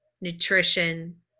nutrition